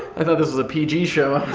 i thought this was a pg show.